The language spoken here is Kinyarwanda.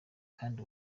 kandi